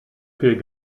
viel